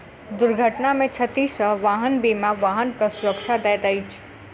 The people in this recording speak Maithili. दुर्घटना में क्षति सॅ वाहन बीमा वाहनक सुरक्षा दैत अछि